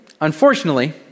Unfortunately